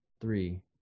three